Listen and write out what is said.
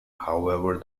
however